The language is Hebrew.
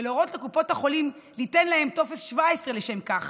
ולהורות לקופות החולים ליתן להם טופס 17 לשם כך.